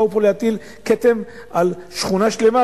באו פה להטיל כתם על שכונה שלמה,